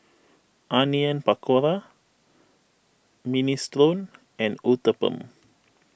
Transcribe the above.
Onion Pakora Minestrone and Uthapam